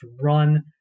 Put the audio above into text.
run